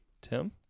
tim